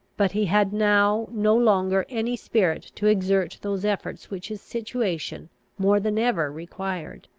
but he had now no longer any spirit to exert those efforts which his situation more than ever required.